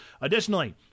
Additionally